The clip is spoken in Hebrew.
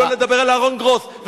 לא לדבר על אהרן גרוס,